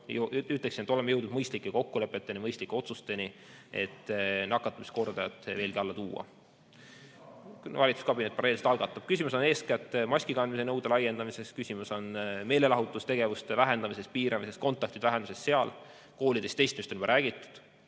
ütlen, et oleme jõudnud mõistlike kokkulepeteni, mõistlike otsusteni, et nakatumiskordajat veelgi alla tuua. Valitsuskabinet paralleelselt neid algatab. Küsimus on eeskätt maskikandmise nõude laiendamises, küsimus on meelelahutustegevuse vähendamises ja piiramises, kontaktide vähendamises seal. Koolides testimisest on juba räägitud.